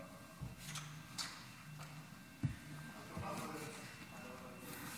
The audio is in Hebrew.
חוק הסדרת העיסוק במקצועות הבריאות (תיקון מס' 10),